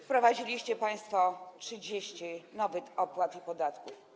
Wprowadziliście państwo 30 nowych opłat i podatków.